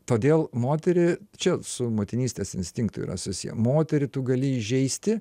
todėl moterį čia su motinystės instinktu yra susiję moterį tu gali įžeisti